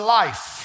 life